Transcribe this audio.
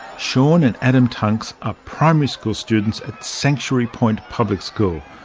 sean and adam tunks are primary school students at sanctuary point public school,